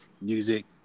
music